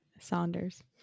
Saunders